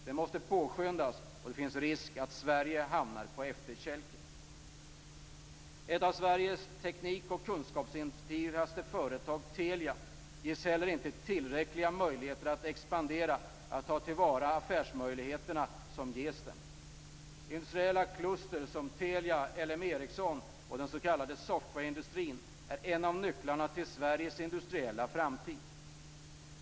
Det måste påskyndas. Det finns risk att Sverige hamnar på efterkälken. Ett av Sveriges teknik och kunskapsintensivaste företag, Telia, ges inte tillräckliga möjligheter att expandera och ta till vara de affärsmöjligheter som ges. Industriella kluster som Telia, Ericsson och den s.k. software-industrin är en av nycklarna till Sveriges framtid.